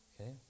Okay